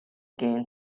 gain